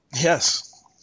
Yes